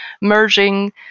merging